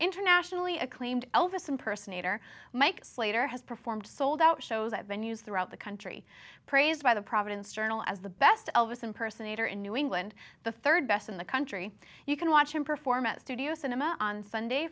internationally acclaimed elvis impersonator mike slater has performed sold out shows that venue throughout the country praised by the providence journal as the best elvis impersonator in new england the third best in the country you can watch him perform at studio cinema on sunday